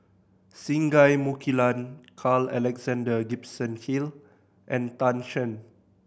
Singai Mukilan Carl Alexander Gibson Hill and Tan Shen